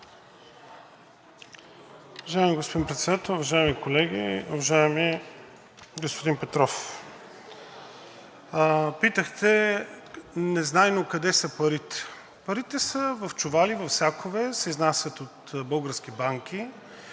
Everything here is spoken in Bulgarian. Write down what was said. питахте незнайно къде са парите. Парите са в чували, в сакове се изнасят от български банки